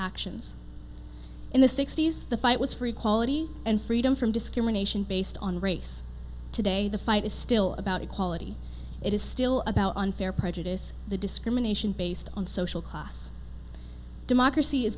actions in the sixty's the fight was free quality and freedom from discrimination based on race today the fight is still about equality it is still about unfair prejudice the discrimination based on social class democracy is